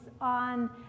on